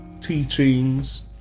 teachings